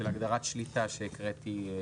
של הגדרת שליטה שהקראתי.